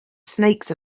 snakes